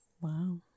Wow